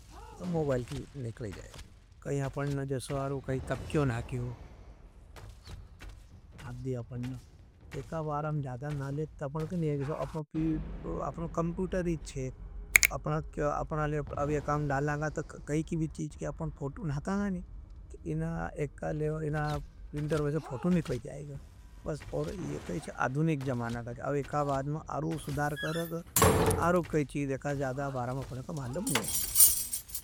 जीनी चीज़ को आपने सबसे मोबायल नाकियो, तो मोबायल ती निकले जाये। कहीं आपने जस्वारो कहीं कप्कियो नाकियो। अधि आपने। एका बार अम ज़्यादा नाले, तो अपने कम्प्रूटरीच है। अधि आपने कम्प्रूटरीच नाले, तो अपने कम्प्रूटरीच नाले। अपना अभी अकाउंट डालङ तो अपना के भी चेज़ की अंकगल नी।